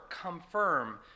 confirm